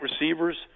receivers